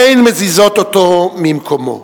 אין מזיזות אותו ממקומו".